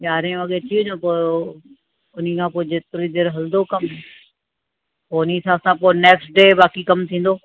यारहें वॻे अची वञो पोइ उन्ही खां पोइ जेतिरी देरि हलंदो कमु पोइ उन्ही हिसाब सां पोइ नैकस्ट डे बाक़ी कमु थींदो